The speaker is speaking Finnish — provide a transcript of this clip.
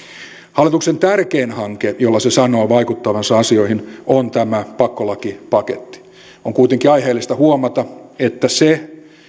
hallituksen tärkein hanke jolla se sanoo vaikuttavansa asioihin on tämä pakkolakipaketti on kuitenkin aiheellista huomata että